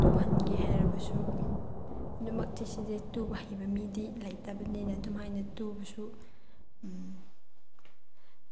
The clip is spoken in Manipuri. ꯇꯨꯁꯟꯒꯦ ꯍꯥꯏꯔꯕꯁꯨ ꯂꯣꯏꯅꯃꯛꯇꯤ ꯁꯤꯁꯦ ꯇꯨꯕ ꯍꯩꯕ ꯃꯤꯗꯤ ꯂꯩꯇꯕꯅꯤꯅ ꯑꯗꯨꯃꯥꯏꯅ ꯇꯨꯕꯁꯨ